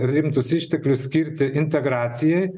rimtus išteklius skirti integracijai